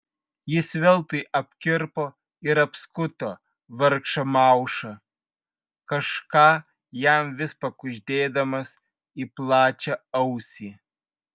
jis veltui apkirpo ir apskuto vargšą maušą kažką jam vis pakuždėdamas į plačią ausį